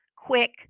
quick